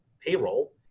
payroll